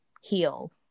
heal